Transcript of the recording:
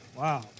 Wow